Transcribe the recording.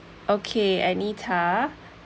okay anita